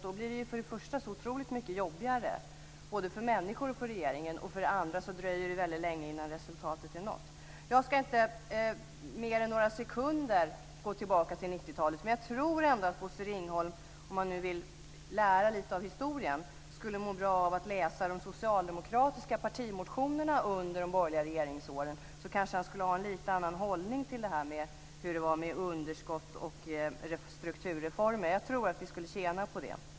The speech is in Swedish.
Då blir det för det första oerhört mycket jobbigare både för människorna och för regeringen, och för det andra dröjer det väldigt länge innan resultatet är nått. Jag ska inte mer än för några sekunder gå tillbaka till 90-talet. Jag tror att Bosse Ringholm, om han vill lära lite av historien, skulle må bra av att läsa de socialdemokratiska partimotionerna under de borgerliga regeringsåren. Då skulle han kanske få en lite annan hållning till hur det var med underskott och strukturreformer. Jag tror att han skulle tjäna på det.